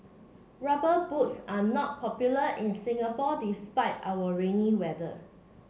rubber boots are not popular in Singapore despite our rainy weather